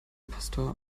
pastor